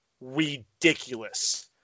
ridiculous